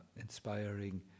inspiring